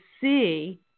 see